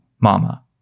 Mama